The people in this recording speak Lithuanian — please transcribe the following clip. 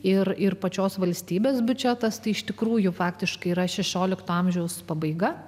ir ir pačios valstybės biudžetas tai iš tikrųjų faktiškai yra šešiolikto amžiaus pabaiga